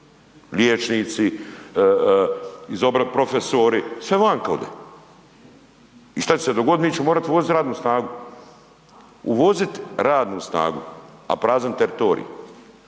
liječnici, profesori, sve vanka ode i šta će se dogodit, mi ćemo morat uvozit radnu snagu, uvozit radnu snagu, a prazan teritorij,